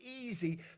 easy